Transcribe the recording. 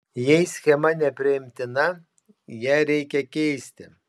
jei schema nepriimtina ją reikia keisti